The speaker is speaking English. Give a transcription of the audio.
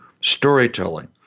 Storytelling